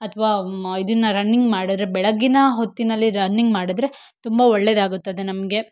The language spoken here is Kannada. ಅಥವಾ ಇದನ್ನು ರನ್ನಿಂಗ್ ಮಾಡಿದ್ರೆ ಬೆಳಗ್ಗಿನ ಹೊತ್ತಿನಲ್ಲಿ ರನ್ನಿಂಗ್ ಮಾಡಿದ್ರೆ ತುಂಬ ಒಳ್ಳೆಯದಾಗುತ್ತದೆ ನಮಗೆ